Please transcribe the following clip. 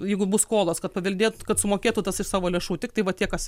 jeigu bus skolos kad paveldėt kad sumokėtų tas iš savo lėšų tiktai va tie kas